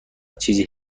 چیزی